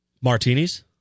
Martinis